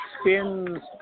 spins